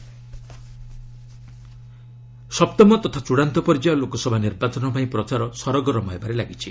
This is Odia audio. କ୍ୟାମ୍ପନିଂ ସପ୍ତମ ତଥା ଚୂଡ଼ାନ୍ତ ପର୍ଯ୍ୟାୟ ଲୋକସଭା ନିର୍ବାଚନ ପାଇଁ ପ୍ରଚାର ସରଗରମ ହେବାରେ ଲାଗିଛି